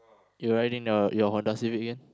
you're riding your your Honda-Civic again